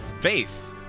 Faith